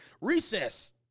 recess